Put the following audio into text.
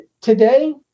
today